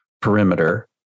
perimeter